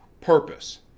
purpose